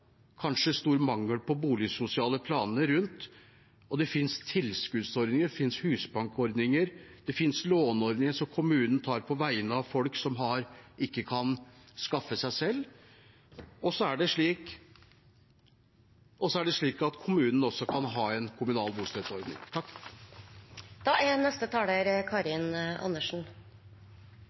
kanskje stor mangel på boligsosiale planer, men det finnes tilskuddsordninger, det finnes husbankordninger, og det finnes låneordninger som kommunen tar på vegne av folk som ikke kan skaffe penger selv. Kommunen kan også ha en kommunal bostøtteordning. Denne saken handler om de menneskene som har vært i permanent krise lenge, og de fleste av dem er